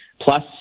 plus